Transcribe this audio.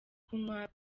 kunywa